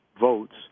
votes